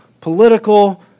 political